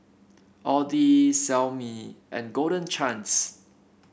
Audi Xiaomi and Golden Chance